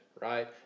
right